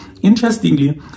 interestingly